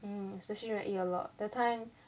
mm especially when I eat a lot that time